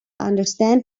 understand